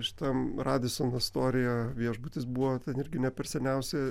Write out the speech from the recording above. šitam radison astorija viešbutis buvo ten irgi ne per seniausiai